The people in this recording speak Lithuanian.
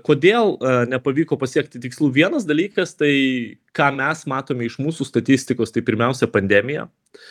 kodėl nepavyko pasiekti tikslų vienas dalykas tai ką mes matome iš mūsų statistikos tai pirmiausia pandemija